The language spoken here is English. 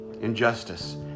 injustice